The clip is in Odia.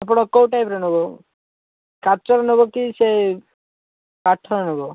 ଆପଣ କୋଉ ଟାଇପ୍ର ନେବ କାଚର ନେବ କି ସେ କାଠର ନେବ